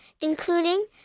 including